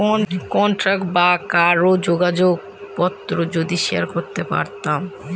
contact বা কারোর যোগাযোগ পত্র যদি শেয়ার করতে পারতাম